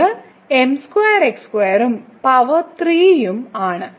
ഇത് m2x2 ഉം power 3 ഉം ആണ്